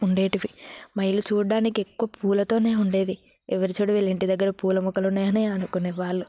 ఉండేవి మా ఇల్లు చూడడానికి ఎక్కువ పూలతోనే ఉండేది ఎవరు చూడు వీళ్ళ ఇంటి దగ్గర పూల మొక్కలు ఉన్నాయనే అనుకునేవాళ్ళు